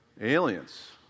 aliens